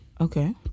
Okay